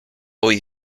hoy